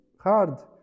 hard